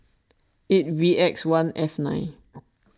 eight V X one F nine